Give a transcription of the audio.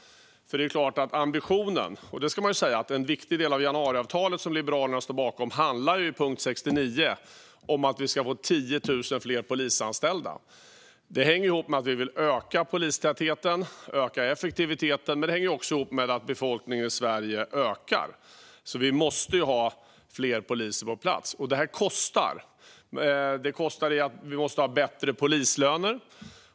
En viktig del av januariavtalet - punkt 69 - som Liberalerna står bakom handlar om att vi ska få 10 000 fler polisanställda. Det hänger ihop med att vi vill öka polistätheten och öka effektiviteten, men det hänger också ihop med att befolkningen i Sverige ökar. Vi måste ha fler poliser på plats, och detta kostar. Det kostar på så vis att vi måste ha bättre polislöner.